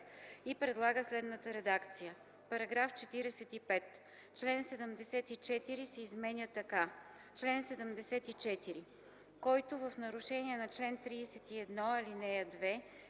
и предлага следната редакция: „§ 45. Член 74 се изменя така: „Чл. 74. Който в нарушение на чл. 31, ал. 2